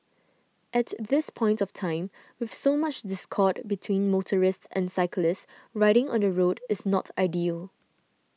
at this point of time with so much discord between motorists and cyclists riding on the road is not ideal